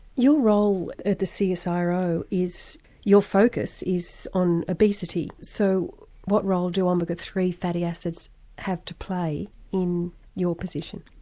your role at the so csiro is, your focus is on obesity so what role do omega three fatty acids have to play in your position?